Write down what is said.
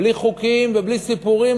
בלי חוקים ובלי סיפורים,